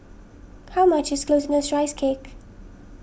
how much is Glutinous Rice Cake